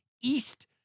East